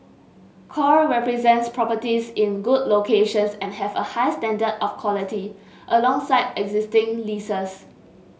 core represents properties in good locations and have a high standard of quality alongside existing leases